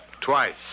Twice